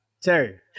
Terry